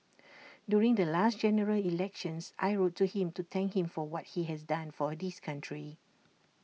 during the last general elections I wrote to him to thank him for what he has done for this country